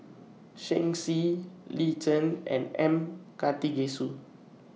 Shen Xi Lin Chen and M Karthigesu